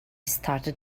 started